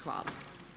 Hvala.